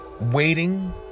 waiting